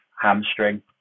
hamstring